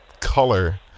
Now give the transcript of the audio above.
color